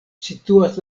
situas